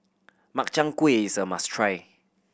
Makchang Gui is a must try